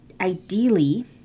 ideally